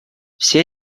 все